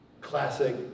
classic